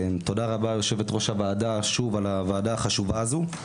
תודה רבה יושבת ראש הוועדה שוב על הוועדה החשובה הזו.